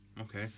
Okay